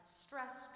stress